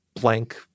blank